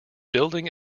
building